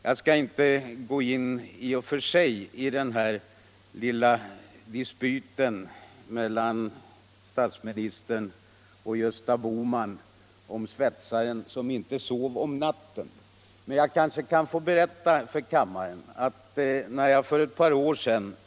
Jag skall inte gå in på den lilla dispyten mellan statsministern och Gösta Bohman om svetsaren som inte sov om natten, men jag kanske kan få berätta följande episod för kammaren som belyser litet av den problematiken.